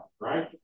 right